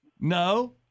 No